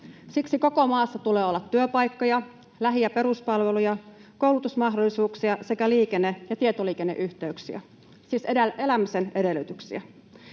Siksi koko maassa tulee olla työpaikkoja, lähi- ja peruspalveluja, koulutusmahdollisuuksia sekä liikenne- ja tietoliikenneyhteyksiä, siis elämisen edellytyksiä.